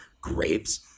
grapes